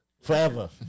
Forever